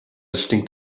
stinkt